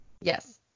Yes